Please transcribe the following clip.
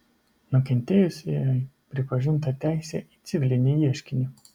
nukentėjusiajai pripažinta teisė į civilinį ieškinį